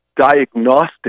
diagnostic